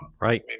Right